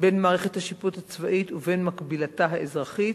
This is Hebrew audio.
בין מערכת השיפוט הצבאית ובין מקבילתה האזרחית,